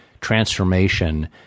transformation